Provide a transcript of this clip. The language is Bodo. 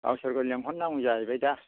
गावसोरखौ लेंहरनांगौ जाहैबाय दा